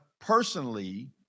personally